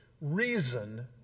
reason